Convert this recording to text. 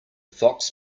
fox